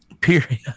period